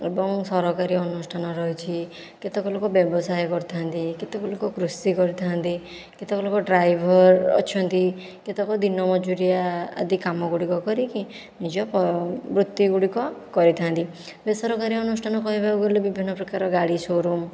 ଏବଂ ସରକାରୀ ଅନୁଷ୍ଠାନ ରହିଛି କେତେକ ଲୋକ ବ୍ୟବସାୟ କରିଥାନ୍ତି କେତେକ ଲୋକ କୃଷି କରିଥାନ୍ତି କେତେକ ଲୋକ ଡ୍ରାଇଭର ଅଛନ୍ତି କେତେକ ଦିନମଜୁରିଆ ଆଦି କାମ ଗୁଡ଼ିକ କରିକି ନିଜ ପ ବୃତ୍ତି ଗୁଡ଼ିକ କରିଥାଆନ୍ତି ବେସରକାରୀ ଅନୁଷ୍ଠାନ କହିବାକୁ ଗଲେ ବିଭିନ୍ନପ୍ରକାର ଗାଡ଼ି ସୋରୁମ୍